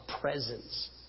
presence